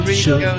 show